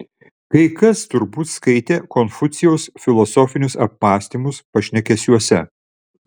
kai kas turbūt skaitė konfucijaus filosofinius apmąstymus pašnekesiuose